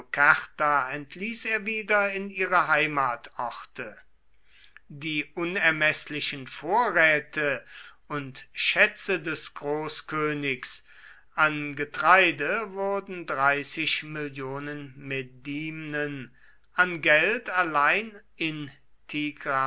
entließ er wieder in ihre heimatorte die unermeßlichen vorräte und schätze des großkönigs an getreide wurden medien an geld allein in